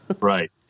Right